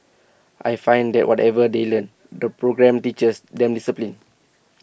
I find that whatever they learn the programme teaches them discipline